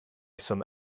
some